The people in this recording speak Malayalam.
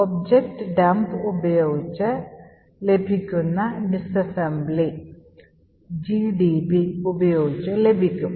objdump ഉപയോഗിച്ച് ലഭിക്കുന്ന ഡിസ്അസംബ്ലി gdb ഉപയോഗിച്ചും ലഭിക്കും